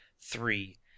three